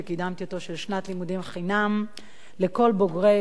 של שנת לימודים חינם לכל בוגרי הצבא,